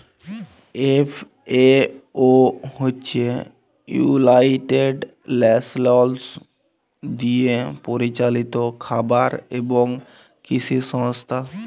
FAO হছে United Nations দিয়ে পরিচালিত খাবার এবং কিসি সংস্থা